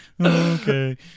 okay